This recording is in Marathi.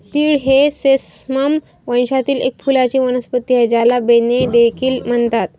तीळ ही सेसमम वंशातील एक फुलांची वनस्पती आहे, ज्याला बेन्ने देखील म्हणतात